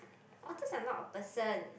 authors are not a person